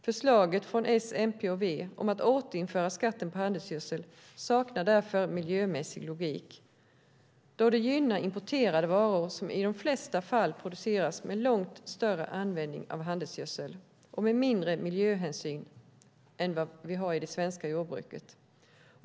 Förslaget från S, MP och V om att återinföra skatten på handelsgödsel saknar därför miljömässig logik då det gynnar importerade varor som i de flesta fall produceras med långt större användning av handelsgödsel och med mindre miljöhänsyn än vi har i det svenska jordbruket.